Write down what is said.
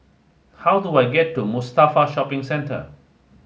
how do I get to Mustafa Shopping Centre